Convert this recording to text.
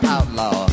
Outlaw